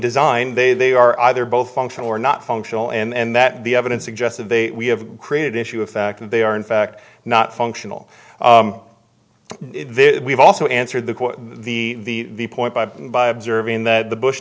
design they they are either both functional or not functional and that the evidence suggests of the we have created issue of fact that they are in fact not functional we've also answered the quote the point by by observing that the bush